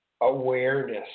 awareness